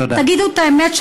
תגידו את האמת,